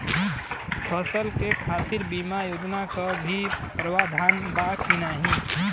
फसल के खातीर बिमा योजना क भी प्रवाधान बा की नाही?